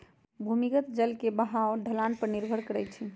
भूमिगत जल के बहाव ढलान पर निर्भर करई छई